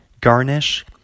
Garnish